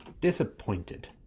Disappointed